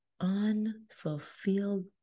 unfulfilled